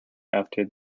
after